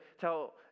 tell